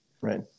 Right